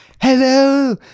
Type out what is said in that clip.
Hello